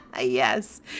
Yes